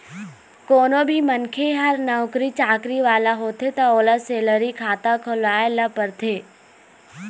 कोनो भी मनखे ह नउकरी चाकरी वाला होथे त ओला सेलरी खाता खोलवाए ल परथे